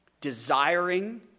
desiring